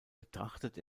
betrachtet